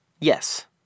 Yes